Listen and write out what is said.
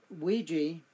Ouija